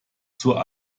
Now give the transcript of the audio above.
zur